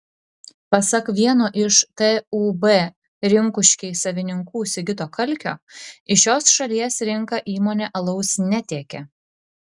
pasak vieno iš tūb rinkuškiai savininkų sigito kalkio į šios šalies rinką įmonė alaus netiekia